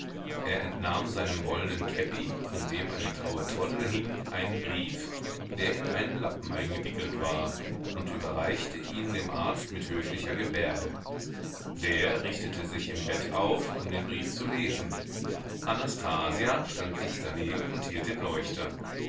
er entnahm seinem wollnen käppi an dem eine graue troddel hing einen brief der in einen lappen eingewickelt war und überreicht ihn dem arzt mit höflicher gebärde der richtete sich im bett auf um den brief zu lesen anastasia stand dicht daneben und hielt den leuchter